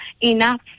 Enough